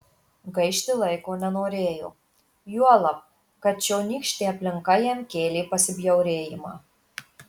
gaišti laiko nenorėjo juolab kad čionykštė aplinka jam kėlė pasibjaurėjimą